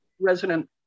resident